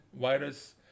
virus